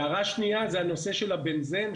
הערה שנייה זה הנושא של הבנזן,